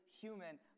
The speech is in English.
human